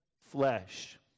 flesh